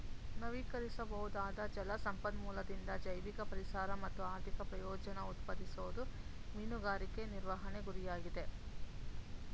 ನವೀಕರಿಸಬೊದಾದ ಜಲ ಸಂಪನ್ಮೂಲದಿಂದ ಜೈವಿಕ ಪರಿಸರ ಮತ್ತು ಆರ್ಥಿಕ ಪ್ರಯೋಜನನ ಉತ್ಪಾದಿಸೋದು ಮೀನುಗಾರಿಕೆ ನಿರ್ವಹಣೆ ಗುರಿಯಾಗಿದೆ